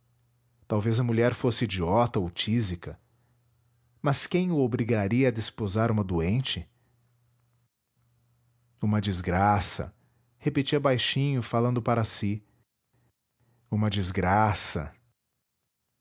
talvez a mulher fosse idiota ou tísica mas quem o obrigaria a desposar uma doente uma desgraça repetia baixinho falando para si uma desgraça